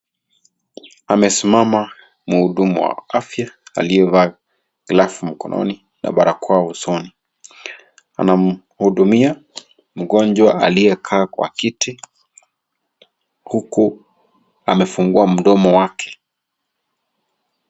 Amesimama mhudumu wa afya alieyevaa glavu mkononi na barakoa usoni, ana mhiudumia mgonjwa aliyekaa kwa kiti huku amefungua mdomo wake.